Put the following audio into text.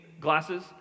glasses